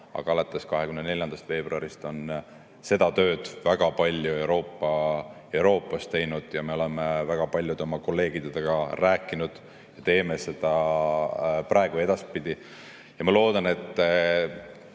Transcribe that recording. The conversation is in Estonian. alates 24. veebruarist seda tööd väga palju Euroopas teinud. Me oleme väga paljude oma kolleegidega rääkinud, me teeme seda praegu ja ka edaspidi. Ma loodan,